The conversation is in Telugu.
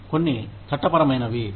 కొన్ని చట్టపరమైనవి